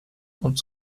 und